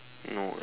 no eh